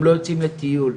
הם לא יוצאים לטיול,